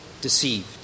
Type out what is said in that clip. deceived